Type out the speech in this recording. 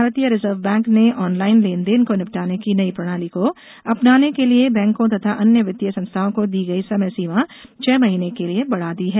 भारतीय Reserve Bank ने online लेन देन को निपटाने की नई प्रणाली को अपनाने के लिए बैंकों तथा अन्य वित्तीय संस्थाओं को दी गई समय सीमा छह महीने के लिए बढ़ा दी है